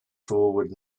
forward